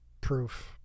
proof